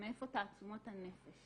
מאיפה תעצומות הנפש